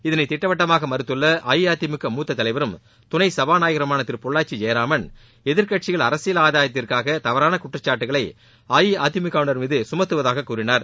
இதனைத் திட்டவட்டமாக மறுத்துள்ள அஇஅதிமுக மூத்த தலைவரும் துணை சபாநாயகருமான திரு பொள்ளாச்சி ஜெயராமன் எதிர்க்கட்சிகள் அரசியல் ஆதாயத்திற்காக தவறான குற்றச்சாட்டுகளை அஇஅதிமுக வினர் மீது சுமத்துவதாக கூறினார்